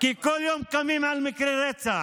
כי כל יום קמים למקרה רצח,